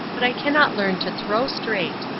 but i cannot learn to throw straight.